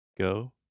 Go